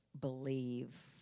believe